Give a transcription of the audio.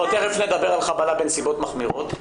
תיכף מדבר על חבלה בנסיבות מחמירות.